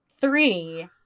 three